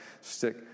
stick